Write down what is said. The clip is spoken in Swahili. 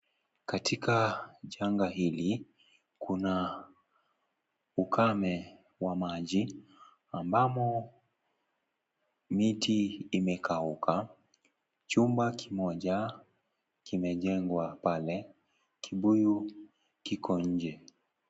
Katika janga hili kuna ukame wa maji ambamo miti imekauka, chumba kimoja kimejengwa pale, kibuyu kiko nje.